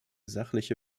sachliche